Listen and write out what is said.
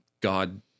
God